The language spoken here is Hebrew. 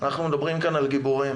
אנחנו מדברים כאן על גיבורים